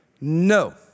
no